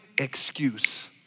excuse